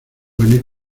venir